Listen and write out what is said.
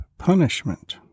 punishment